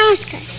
so sca